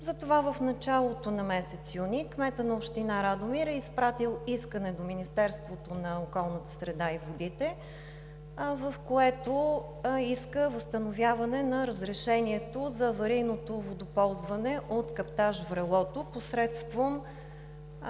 Затова в началото на месец юни кметът на община Радомир е изпратил искане до Министерството на околната среда и водите, в което иска възстановяване на разрешението за аварийното водоползване от каптаж „Врелото“ посредством